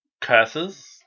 Curses